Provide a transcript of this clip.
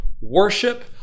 worship